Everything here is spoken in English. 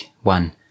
one